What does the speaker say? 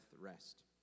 rest